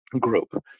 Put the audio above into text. group